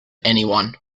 anyone